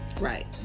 Right